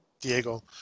Diego